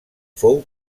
fou